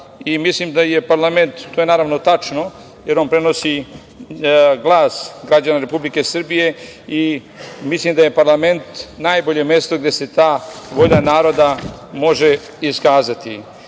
mislim da je parlament, to je naravno tačno, jer on prenosi glas građana Republike Srbije i mislim da je parlament najbolje mesto gde se ta volja naroda može iskazati.